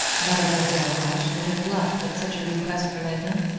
mademoiselle reisz would have laughed at such a request from edna.